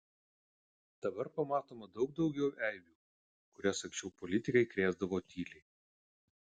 dabar pamatoma daug daugiau eibių kurias anksčiau politikai krėsdavo tyliai